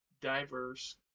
diverse